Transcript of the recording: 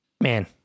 Man